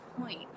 point